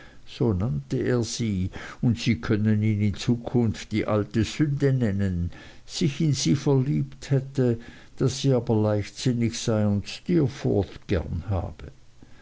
und sie können ihn in zukunft die alte sünde nennen sich in sie verliebt hätte daß sie aber leichtsinnig sei und steerforth gern habe